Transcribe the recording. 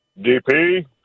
DP